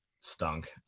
stunk